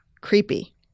creepy